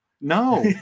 No